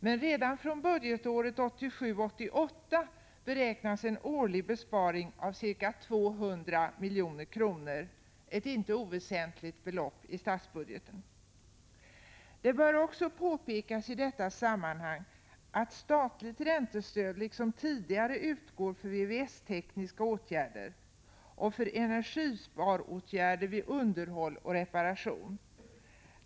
Men redan från budgetåret 1987/88 beräknas det bli en årlig besparing av ca 200 milj.kr., ett inte oväsentligt belopp i statsbudgeten. Det bör i detta sammanhang också påpekas att statligt räntestöd liksom tidigare utgår för VVS-tekniska åtgärder och för energisparåtgärder vid underhåll och reparation.